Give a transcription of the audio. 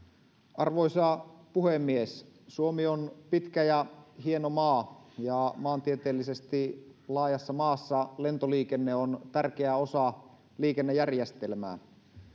arvoisa puhemies suomi on pitkä ja hieno maa ja maantieteellisesti laajassa maassa lentoliikenne on tärkeä osa liikennejärjestelmää